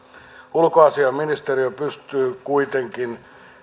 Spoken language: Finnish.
ulkoasiainministeriö pystyy kuitenkin